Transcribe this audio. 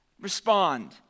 respond